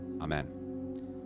Amen